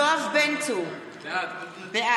יואב בן צור, בעד